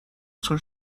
تون